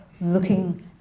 looking